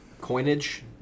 coinage